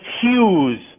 Hughes